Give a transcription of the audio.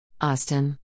Austin